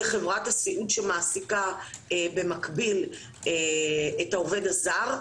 חברת הסיעוד שמעסיקה במקביל את העובד הזר,